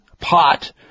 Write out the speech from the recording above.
pot